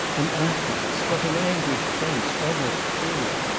and afterwards what an angry face, almost cruel!